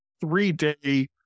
three-day